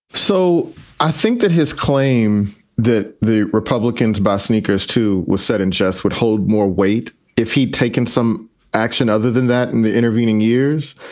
so i think that his claim that the republicans buy sneakers, too, was said in jest would hold more weight if he'd taken some action other than that in the intervening years.